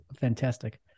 fantastic